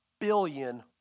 billion